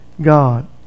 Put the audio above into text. God